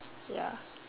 ya